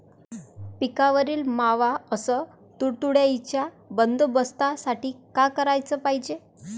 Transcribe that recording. पिकावरील मावा अस तुडतुड्याइच्या बंदोबस्तासाठी का कराच पायजे?